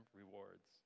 rewards